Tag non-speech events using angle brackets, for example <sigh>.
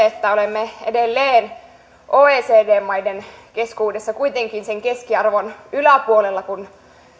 <unintelligible> että olemme edelleen oecd maiden keskuudessa kuitenkin sen keskiarvon yläpuolella kun